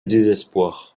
désespoir